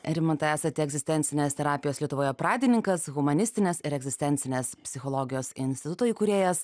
rimantai esate egzistencinės terapijos lietuvoje pradininkas humanistinės ir egzistencinės psichologijos instituto įkūrėjas